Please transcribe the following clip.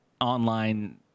online